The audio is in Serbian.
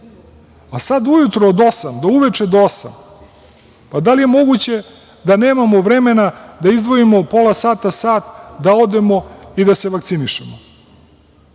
Sada ujutru od osam do uveče do osam. Da li je moguće da nemamo vremena da izdvojimo pola sata, sat da odemo i da se vakcinišemo